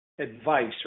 advice